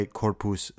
corpus